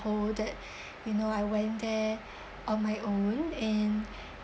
whole that you know I went there on my own and